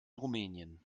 rumänien